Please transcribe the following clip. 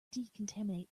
decontaminate